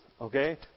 Okay